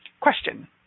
Question